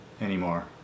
anymore